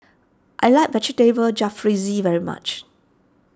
I like Vegetable Jalfrezi very much